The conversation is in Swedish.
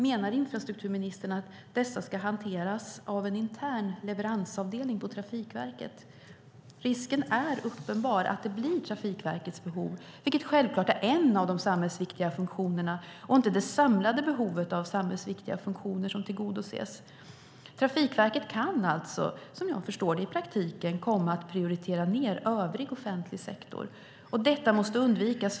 Menar infrastrukturministern att dessa ska hanteras av en intern leveransavdelning på Trafikverket? Risken är i så fall uppenbar att det blir Trafikverkets behov, vilket självklart är en av de samhällsviktiga funktionerna och inte det samlade behovet av samhällsviktiga funktioner, som tillgodoses. Trafikverket kan alltså, som jag förstår det, i praktiken komma att prioritera ned övrig offentlig sektor, och detta måste undvikas.